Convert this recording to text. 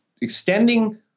extending